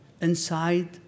inside